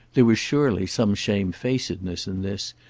there was surely some shamefacedness in this,